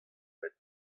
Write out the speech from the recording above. benn